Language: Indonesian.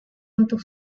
untuk